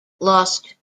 lost